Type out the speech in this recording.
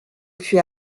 puis